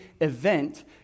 event